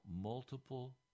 multiple